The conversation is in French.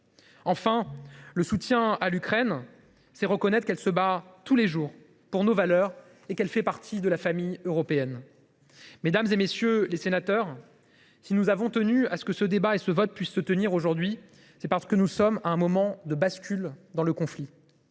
Enfin, soutenir l’Ukraine, c’est reconnaître qu’elle se bat tous les jours pour nos valeurs et qu’elle fait partie de la famille européenne. Mesdames, messieurs les sénateurs, si nous avons tenu à ce que ce débat et ce vote se tiennent aujourd’hui, c’est parce que nous sommes à un moment de bascule dans ce conflit.